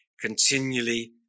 continually